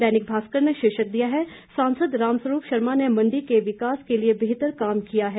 दैनिक मास्कर ने शीर्षक दिया है सांसद रामस्वरूप शर्मा न मंडी के विकास के लिए बेहतर काम किया है